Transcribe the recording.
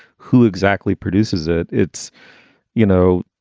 who exactly produces it? it's you know,